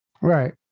Right